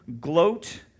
gloat